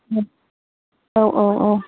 ए औ औ औ